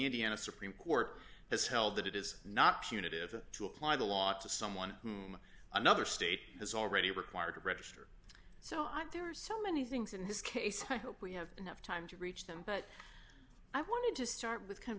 indiana supreme court has held that it is not punitive to apply the law to someone another state is already required to register so i thought there are so many things in this case i hope we have enough time to reach them but i want to start with kind of